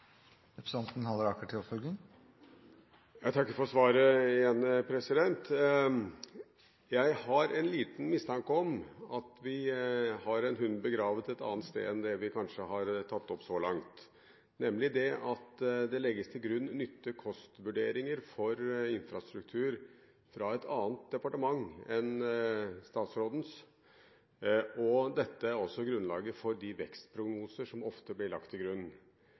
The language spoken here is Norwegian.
Jeg takker igjen for svaret. Jeg har en liten mistanke om at vi har en hund begravet et annet sted enn i det vi kanskje har tatt opp så langt, nemlig at det legges til grunn nytte–kost-vurderinger for infrastruktur fra et annet departement enn statsrådens. Dette er altså grunnlaget for de vekstprognoser som ofte blir lagt til grunn.